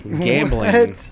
gambling